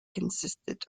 consisted